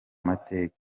mateka